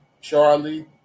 Charlie